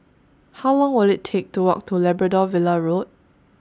How Long Will IT Take to Walk to Labrador Villa Road